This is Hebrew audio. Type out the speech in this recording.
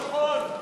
לא נכון.